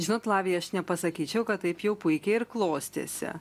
žinot lavija aš nepasakyčiau kad taip jau puikiai ir klostėsi